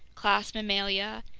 class mammalia,